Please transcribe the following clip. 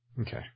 Okay